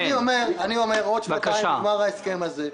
בעוד שנתיים ייגמר ההסכם הזה.